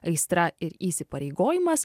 aistra ir įsipareigojimas